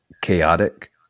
chaotic